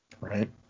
Right